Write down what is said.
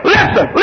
Listen